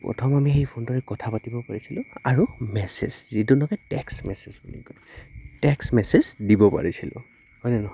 প্ৰথম আমি সেই ফোনটোৰে কথা পাতিব পাৰিছিলোঁ আৰু মেছেজ যিটো নহয় টেক্সট মেছেজ বুলি কয় টেক্সট মেছেজ দিব পাৰিছিলোঁ হয় নে নহয়